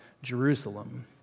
Jerusalem